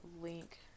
link